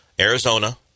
Arizona